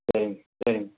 சரிங்க சரிங்க